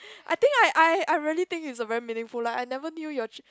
I think I I I really think it's a very meaningful lah I never knew your chi~